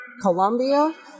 Colombia